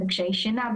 בקשיי שינה,